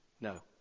No